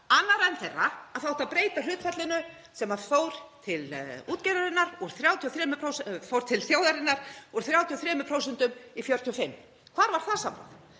annarrar en þeirrar að það átti að breyta hlutfallinu sem fór til þjóðarinnar úr 33% í 45%. Hvar var það samráð?